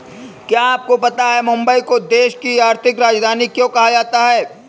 क्या आपको पता है मुंबई को देश की आर्थिक राजधानी क्यों कहा जाता है?